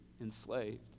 enslaved